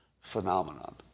phenomenon